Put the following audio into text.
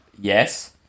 Yes